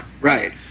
right